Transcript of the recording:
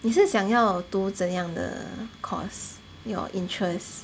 你是想要读怎样的 course your interest